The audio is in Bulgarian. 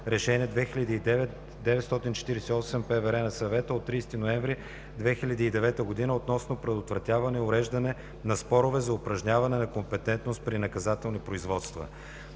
решение 2009/948/ПВР на Съвета от 30 ноември 2009 г. относно предотвратяване и уреждане на спорове за упражняване на компетентност при наказателни производства.